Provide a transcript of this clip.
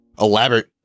Elaborate